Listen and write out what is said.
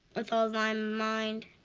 with all thy mind,